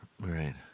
Right